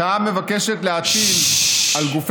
אני קורא לכם להצביע בעד.